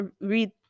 read